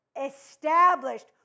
established